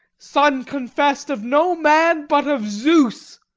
son confessed of no man but of zeus